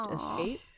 escape